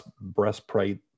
breastplate